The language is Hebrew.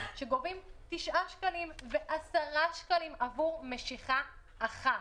שגובים תשעה שקלים ועשרה שקלים עבור משיכה אחת.